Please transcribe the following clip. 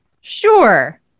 Sure